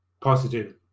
positive